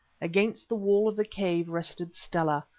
against the wall of the cave rested stella.